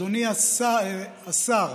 אדוני השר,